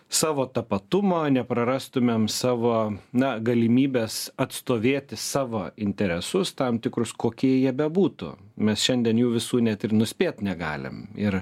savo tapatumo neprarastumėm savo na galimybės atstovėti savo interesus tam tikrus kokie jie bebūtų mes šiandien jų visų net ir nuspėt negalim ir